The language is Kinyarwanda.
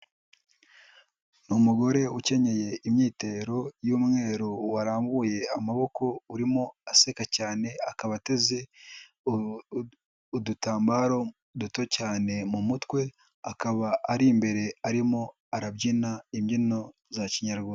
Ni umugore ukenye imyitero y'umweru warambuye amaboko urimo aseka cyane akaba ateze udutambaro duto cyane mu mutwe akaba ari imbere arimo arabyina imbyino za kinyarwanda.